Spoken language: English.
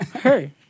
Hey